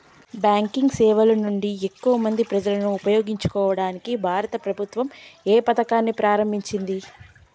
Banking సేవల నుండి ఎక్కువ మంది ప్రజలను ఉపయోగించుకోవడానికి భారత ప్రభుత్వం ఏ పథకాన్ని ప్రారంభించింది?